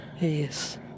yes